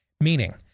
meaning